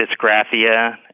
Dysgraphia